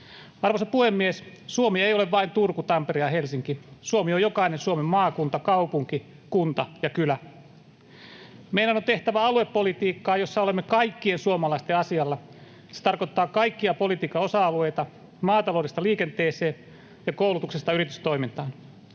Arvoisa puhemies! Suomi ei ole vain Turku, Tampere ja Helsinki. Suomi on jokainen Suomen maakunta, kaupunki, kunta ja kylä. Meidän on tehtävä aluepolitiikkaa, jossa olemme kaikkien suomalaisten asialla. Se tarkoittaa kaikkia politiikan osa-alueita maataloudesta liikenteeseen ja koulutuksesta yritystoimintaan.